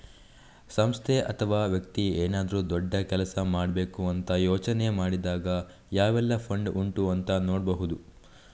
ಸಂಸ್ಥೆ ಅಥವಾ ವ್ಯಕ್ತಿ ಏನಾದ್ರೂ ದೊಡ್ಡ ಕೆಲಸ ಮಾಡ್ಬೇಕು ಅಂತ ಯೋಚನೆ ಮಾಡಿದಾಗ ಯಾವೆಲ್ಲ ಫಂಡ್ ಉಂಟು ಅಂತ ನೋಡ್ಬಹುದು